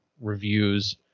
reviews